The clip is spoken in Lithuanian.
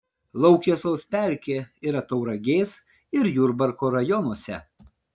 laukesos pelkė yra tauragės ir jurbarko rajonuose